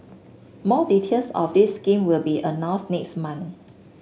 more details of this scheme will be announced next month